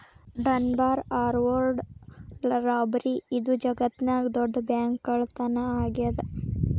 Dunbar armoured robbery ಇದು ಜಗತ್ನ್ಯಾಗ ದೊಡ್ಡ ಬ್ಯಾಂಕ್ಕಳ್ಳತನಾ ಆಗೇದ